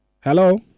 Hello